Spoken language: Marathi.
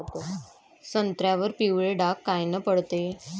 संत्र्यावर पिवळे डाग कायनं पडते?